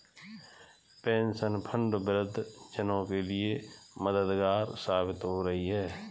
pension fund वृद्ध जनों के लिए मददगार साबित हो रही है